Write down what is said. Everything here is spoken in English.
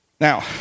Now